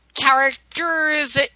characters